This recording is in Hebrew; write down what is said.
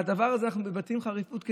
על הדבר הזה אנחנו מתבטאים בחריפות,